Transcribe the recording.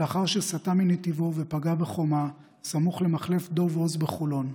לאחר שסטה מנתיבו ופגע בחומה סמוך למחלף דב הוז בחולון.